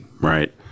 right